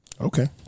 Okay